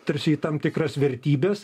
tarsi į tam tikras vertybes